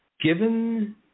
Given